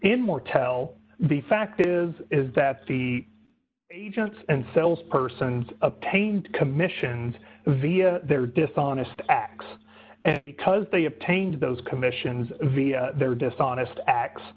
in mortel the fact is is that the agents and cells persons a pain commission's via their dishonest acts and because they obtained those commissions via their dishonest acts